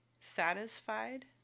satisfied